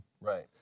Right